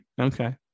Okay